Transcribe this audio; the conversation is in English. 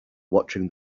watching